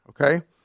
Okay